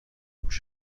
میشه